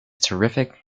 terrific